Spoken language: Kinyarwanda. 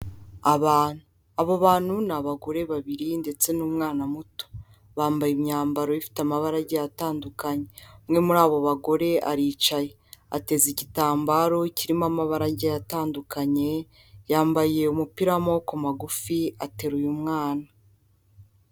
Abantu, abo bantu ni abagore babiri ndetse n'umwana muto, bambaye imyambaro ifite amabara atandukanye, umwe muri abo bagore aricaye ateze igitambaro kirimo amabarage atandukanye, yambaye umupi w'amaboko magufi ateruye umwana.